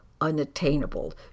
unattainable